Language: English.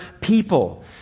people